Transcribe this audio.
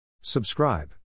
Subscribe